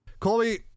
Colby